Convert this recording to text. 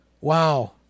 Wow